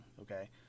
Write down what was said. okay